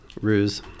Ruse